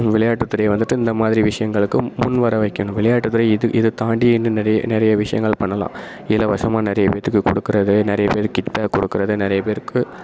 விளையாட்டுத்துறை வந்துவிட்டு இந்த மாதிரி விஷயங்களுக்கு முன் வர வைக்கணும் விளையாட்டுத்துறை இது இதை தாண்டி இன்னும் நிறைய நிறைய விஷயங்கள் பண்ணலாம் இலவசமாக நிறைய பேர்த்துக்கு கொடுக்கறது நிறைய பேருக்கு கிட் பேக் கொடுக்கறது நிறைய பேருக்கு